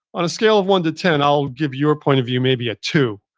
on a scale of one to ten, i'll give your point of view maybe a two.